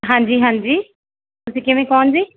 ਹਾਂਜੀ ਹਾਂਜੀ ਤੁਸੀਂ ਕਿਵੇਂ ਕੌਣ ਜੀ